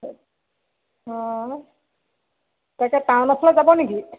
অঁ তাকে টাউনৰফালে যাব নেকি